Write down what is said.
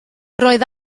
roedd